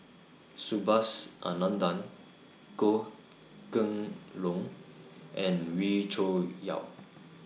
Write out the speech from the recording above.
Subhas Anandan Goh Kheng Long and Wee Cho Yaw